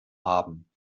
haben